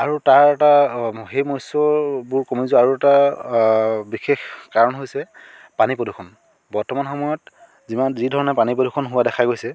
আৰু তাৰ এটা সেই মৎসবোৰ কমি যোৱাৰ আৰু এটা বিশেষ কাৰণ হৈছে পানী প্ৰদূষণ বৰ্তমান সময়ত যিমান যি ধৰণে পানী প্ৰদূষণ হোৱা দেখা গৈছে